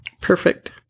Perfect